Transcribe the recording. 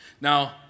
Now